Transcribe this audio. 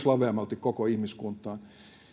laveammalti myös koko ihmiskuntaan